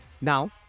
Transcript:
Now